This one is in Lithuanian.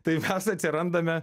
tai mes atsirandame